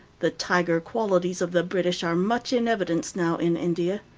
the tiger qualities of the british are much in evidence now in india.